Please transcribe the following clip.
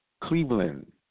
Cleveland